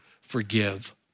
forgive